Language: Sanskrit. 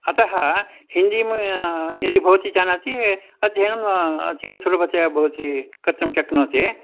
अतः हिन्दीं यदि भवती जानाति अध्ययनं अतीव सुलभतया भवती कर्तुं शक्नोति